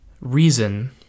reason